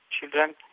children